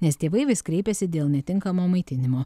nes tėvai vis kreipiasi dėl netinkamo maitinimo